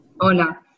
Hola